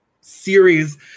series